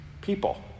people